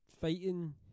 fighting